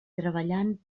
treballant